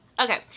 Okay